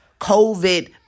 COVID